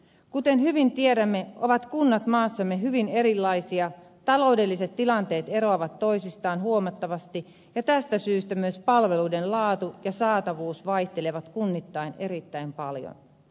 kuten hyvin tiedämme ovat kunnat maassamme hyvin erilaisia taloudelliset tilanteet eroavat toisistaan huomattavasti ja tästä syystä myös palveluiden laatu ja saatavuus vaihtelevat kunnittain erittäin paljon